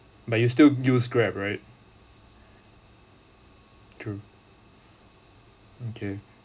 but you still use grab right to okay